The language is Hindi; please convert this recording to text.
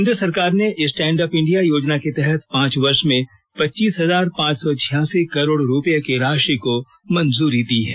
केन्द्र सरकार ने स्टैंड अप इंडिया योजना के तहत पांच वर्ष में पच्चीस हजार पांच सौ छियासी करोड़ रूपये की राशि को मंजूरी दी है